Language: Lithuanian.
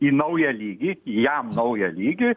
į naują lygį į jam naują lygį